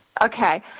Okay